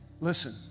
Listen